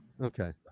okay